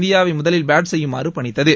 இந்தியாவை முதலில் பேட் செய்யுமாறு பணித்தது